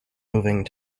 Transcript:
moving